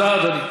תודה, אדוני.